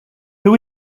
who